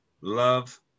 love